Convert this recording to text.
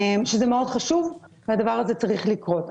זה מאוד חשוב והדבר הזה צריך לקרות.